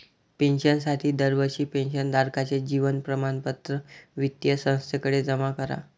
पेन्शनसाठी दरवर्षी पेन्शन धारकाचे जीवन प्रमाणपत्र वित्तीय संस्थेकडे जमा करा